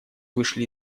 вышли